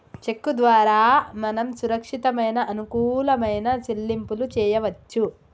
చెక్కు ద్వారా మనం సురక్షితమైన అనుకూలమైన సెల్లింపులు చేయవచ్చు